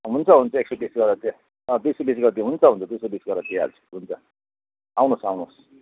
हुन्छ हुन्छ एक सौ बिस दिइहाल्छु अँ दुई सौ बिस गरेर दिइहाल्छु हुन्छ हुन्छ दुई सौ बिस गरेर दिहाल्छु हुन्छ आउनुहोस् आउनुहोस्